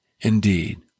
indeed